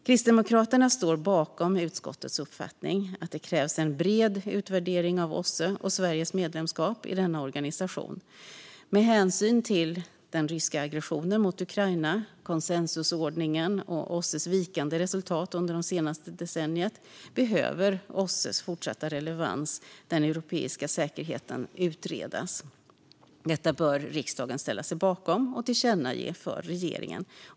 Kristdemokraterna står bakom utskottets uppfattning att det krävs en bred utvärdering av OSSE och Sveriges medlemskap i denna organisation. Med hänsyn till den ryska aggressionen mot Ukraina, konsensusordningen och OSSE:s vikande resultat under det senaste decenniet behöver OSSE:s fortsatta relevans för den europeiska säkerheten utredas. Detta bör riksdagen ställa sig bakom och tillkännage för regeringen.